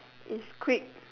is quick